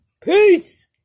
Peace